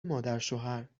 مادرشوهرهرکاری